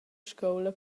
scoula